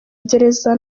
gereza